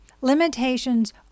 Limitations